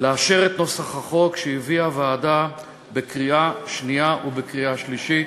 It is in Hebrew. לאשר את נוסח החוק שהביאה הוועדה בקריאה שנייה ובקריאה שלישית.